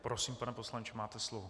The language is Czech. Prosím, pane poslanče, máte slovo.